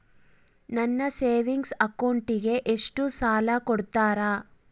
ನನ್ನ ಸೇವಿಂಗ್ ಅಕೌಂಟಿಗೆ ಎಷ್ಟು ಸಾಲ ಕೊಡ್ತಾರ?